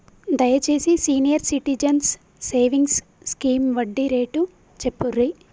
దయచేసి senior citizens savings scheme వడ్డీ rate చెప్పుర్రి